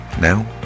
Now